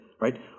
right